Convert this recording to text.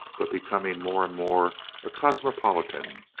but becoming more and more a cosmopolitan,